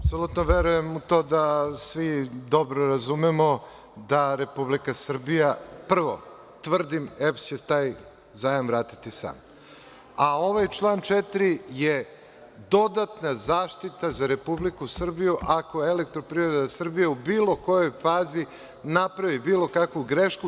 Apsolutno verujem u to da svi dobro razumemo da Republika Srbija, prvo tvrdim, EPS će taj zajam vratiti sam, a ovaj član 4. je dodatna zaštita za Republiku Srbiju, ako „Elektroprivreda Srbije“ u bilo kojoj fazi napravi bilo kakvu grešku.